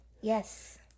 Yes